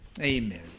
Amen